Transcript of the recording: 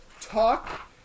talk